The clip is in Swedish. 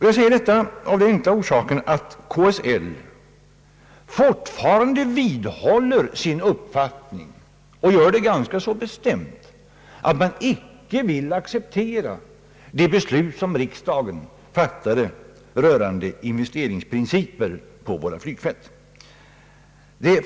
Jag säger detta av den enkla orsaken att KSL fortfarande vidhåller sin inställning — och gör det ganska bestämt — att man icke vill acceptera det beslut som riksdagen fattade rörande principer för investeringar på våra flygplatser.